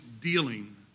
dealing